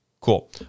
Cool